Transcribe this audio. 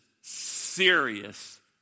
serious